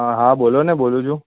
હાં બોલોને બોલું છું